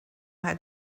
had